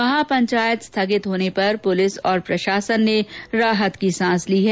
महापंचायत स्थगित होने पर पुलिस और प्रशासन ने राहत की सांस ली है